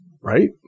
right